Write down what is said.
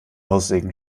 haussegen